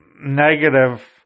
negative